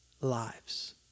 lives